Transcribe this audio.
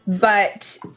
but-